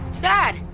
Dad